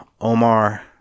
Omar